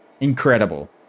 Incredible